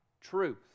truth